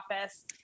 office